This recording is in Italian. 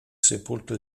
sepolto